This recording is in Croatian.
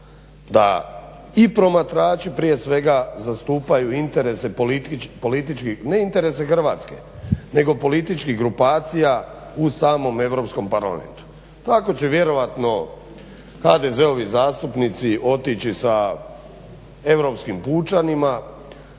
da i promatrači prije svega zastupaju interese političke, ne interese Hrvatske nego političkih grupacija u samom Europskom parlamentu. Tako će vjerojatno HDZ-ovi zastupnici otići sa europskim pučanima,